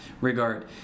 regard